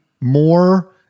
more